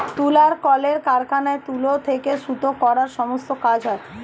তুলার কলের কারখানায় তুলো থেকে সুতো করার সমস্ত কাজ হয়